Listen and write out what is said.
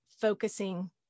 focusing